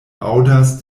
aŭdas